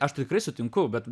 aš tikrai sutinku bet